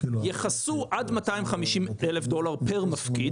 עד 250 אלף דולר פר מפקיד,